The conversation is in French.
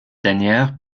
dernière